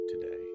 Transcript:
today